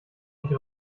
nicht